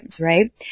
Right